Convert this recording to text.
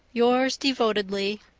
yours devotedly,